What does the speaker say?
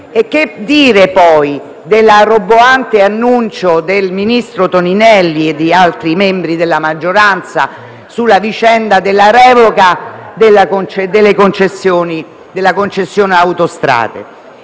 Che dire poi del roboante annuncio del ministro Toninelli e di altri membri della maggioranza sulla vicenda della revoca della concessione per Autostrade.